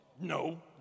No